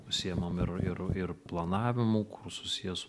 užsiimam ir ir ir planavimu kur susiję su